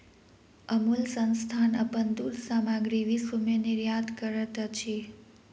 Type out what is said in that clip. अमूल संस्थान अपन दूध सामग्री विश्व में निर्यात करैत अछि